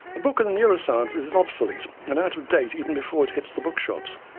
a book in the neurosciences is obsolete and out of date even before it hits the bookshops,